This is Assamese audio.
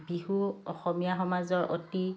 বিহু অসমীয়া সমাজৰ অতি